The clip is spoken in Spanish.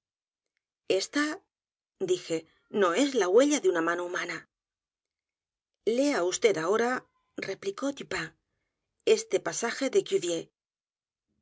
esta dije no es la huella de una mano humana lea vd ahora replicó dupin este pasaje de